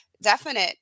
definite